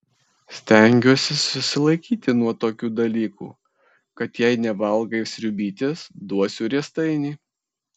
stengiuosi susilaikyti nuo tokių dalykų kad jei nevalgai sriubytės duosiu riestainį